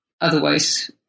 otherwise